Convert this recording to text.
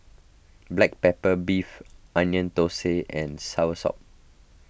Black Pepper Beef Onion Thosai and Soursop